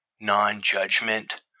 non-judgment